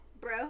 Bro